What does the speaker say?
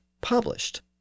published